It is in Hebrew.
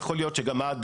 יכול להיות שגם עד